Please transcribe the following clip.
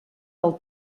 del